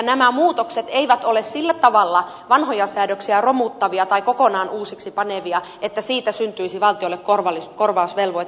nämä muutokset eivät ole sillä tavalla vanhoja säädöksiä romuttavia tai kokonaan uusiksi panevia että siitä syntyisi valtiolle korvausvelvoite